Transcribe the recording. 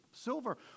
silver